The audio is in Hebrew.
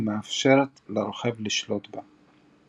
ומאפשרת לרוכב לשלוט בה.